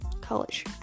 college